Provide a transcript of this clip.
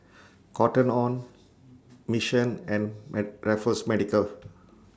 Cotton on Mission and Raffles Medical